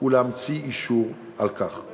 ולהמציא אישור על כך.